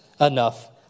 enough